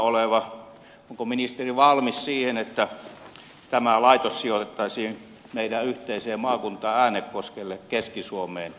onko ministeri valmis siihen että tämä laitos sijoitettaisiin meidän yhteiseen maakuntaamme äänekoskelle keski suomeen